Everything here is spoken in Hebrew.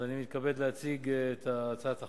אני מתכבד להציג את הצעת החוק.